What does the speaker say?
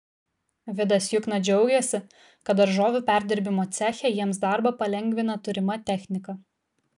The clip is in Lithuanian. vidas jukna džiaugiasi kad daržovių perdirbimo ceche jiems darbą palengvina turima technika